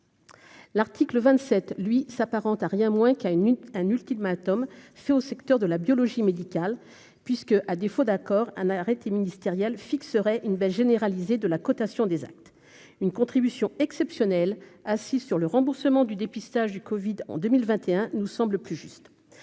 L'article 27, lui, s'apparente à rien moins qu'y a une une un ultimatum, c'est au secteur de la biologie médicale puisque, à défaut d'accord, un arrêté ministériel fixerait une baisse généralisée de la cotation des actes une contribution exceptionnelle assise sur le remboursement du dépistage du Covid en 2021 nous semble plus juste,